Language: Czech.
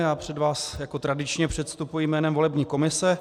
Já před vás jako tradičně předstupuji jménem volební komise.